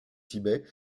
tibet